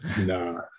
Nah